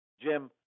Jim